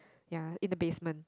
ya in the basement